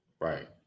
Right